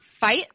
fight